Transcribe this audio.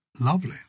Lovely